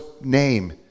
name